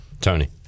tony